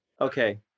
okay